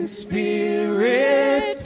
spirit